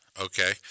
okay